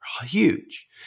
huge